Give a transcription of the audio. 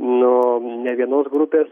nu ne vienos grupės